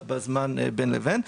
בזמן בין לבין.